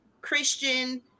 Christian